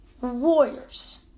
Warriors